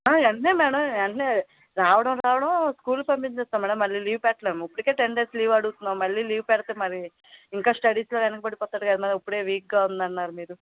వెంటనే మేడం వెంటనే రావడం రావడం స్కూల్కి పంపించేస్తాం మేడం మళ్ళి లీవ్ పెట్టలేము ఇప్పటికే టెన్ డేస్ లీవ్ పెడుతున్నాం మళ్ళీ లీవ్ పెడితే మరి ఇంకా స్టడీస్లో వెనక పడిపోతాడు కదా మేడం ఇప్పుడే వీక్గా ఉందన్నారు మీరు